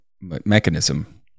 mechanism